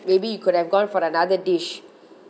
maybe you could have gone for another dish